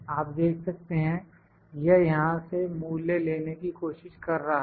आप देख सकते हैं यह यहां से मूल्य लेने की कोशिश कर रहा है